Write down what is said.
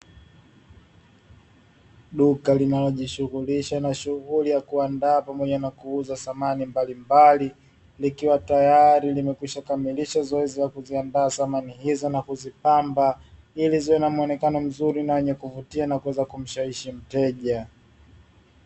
Duka linalojihusisha na shughuli ya kuandaa bidhaa za samani mbalimbali, likiwa tayari limekwisha kukamilisha zoezi la kukiandaa samani hizo na kuzipamba ili ziwe na muonekano mzuri ili kumshawishi mteja.